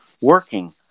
working